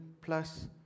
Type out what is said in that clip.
plus